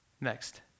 Next